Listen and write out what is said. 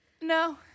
no